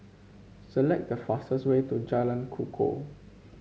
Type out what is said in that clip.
select the fastest way to Jalan Kukoh